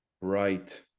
Right